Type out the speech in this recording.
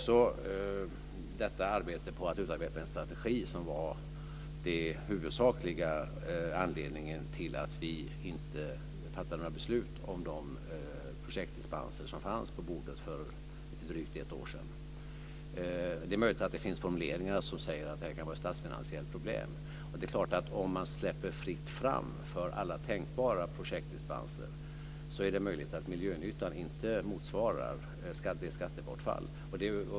Strävandena att utarbeta en strategi var den huvudsakliga anledningen till att vi inte fattade några beslut om de projektdispenser som fanns på bordet för drygt ett år sedan. Det är möjligt att det finns formuleringar som säger att det här kan vara ett statsfinansiellt problem, och det är klart att om man släpper fritt fram för alla tänkbara projektdispenser, är det möjligt att miljönyttan inte motsvarar skattebortfallet.